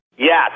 Yes